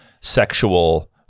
sexual